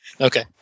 Okay